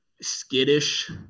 skittish